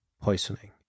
poisoning